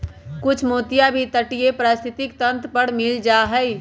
कुछ मोती भी तटीय पारिस्थितिक तंत्र पर मिल जा हई